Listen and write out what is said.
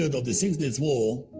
of the six days war,